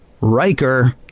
Riker